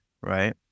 right